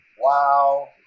wow